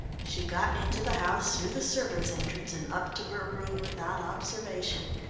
she got into the house through the servants' entrance and up to her room without observation.